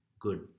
good